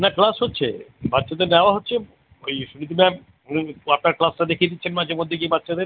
না ক্লাস হচ্ছে বাচ্চাদের নেওয়া হচ্ছে ওই সুদিতি ম্যাম উনি আপনার ক্লাসটা দেখিয়ে দিচ্ছেন মাঝে মধ্যেই যে বাচ্চাদের